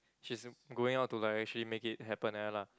she's going out to like actually make it happen like that lah